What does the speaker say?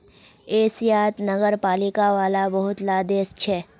एशियात नगरपालिका वाला बहुत ला देश छे